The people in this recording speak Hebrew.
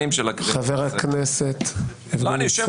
אפשר מחר לעשות חוק יסוד: קורונה ששם